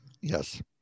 Yes